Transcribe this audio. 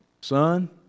son